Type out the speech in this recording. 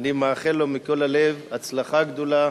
ואני מאחל לו מכל הלב הצלחה גדולה,